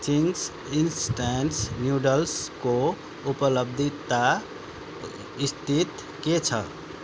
Ching's instant नुडल्सको उपलब्धता स्थित के छ